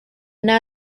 now